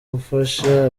gufasha